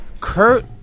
Kurt